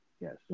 yes